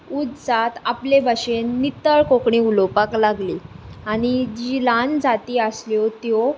उंच जात आपले भाशेन नितळ कोंकणी उलोवपाक लागली आनी जी ल्हान जाती आसल्यो त्यो